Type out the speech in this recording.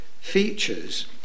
features